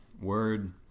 Word